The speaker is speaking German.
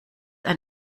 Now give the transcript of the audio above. ein